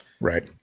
Right